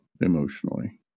emotionally